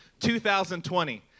2020